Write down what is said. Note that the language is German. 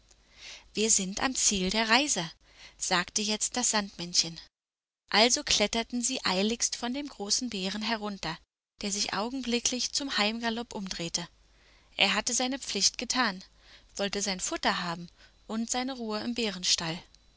wir sind am ziel der reise sagte jetzt das sandmännchen also kletterten sie eiligst von dem großen bären herunter der sich augenblicklich zum heimgalopp umdrehte er hatte seine pflicht getan wollte sein futter haben und seine ruhe im